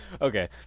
okay